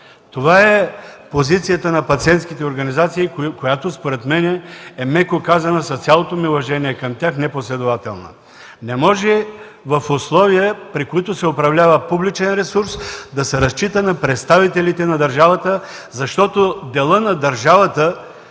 Това е позицията на пациентските организации, която според мен е, меко казано – с цялото ми уважение към тях, непоследователна. Не може в условия, при които се управлява публичен ресурс, да се разчита на представителите на държавата, защото делът на държавата